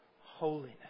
holiness